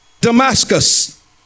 Damascus